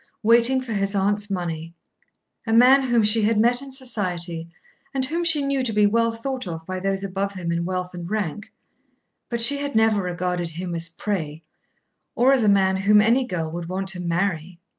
waiting for his aunt's money a man whom she had met in society and whom she knew to be well thought of by those above him in wealth and rank but she had never regarded him as prey or as a man whom any girl would want to marry.